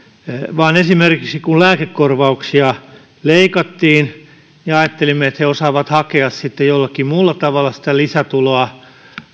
esimerkiksi silloin kun lääkekorvauksia leikattiin me ajattelimme että he osaavat hakea sitten jollakin muulla tavalla lisätuloa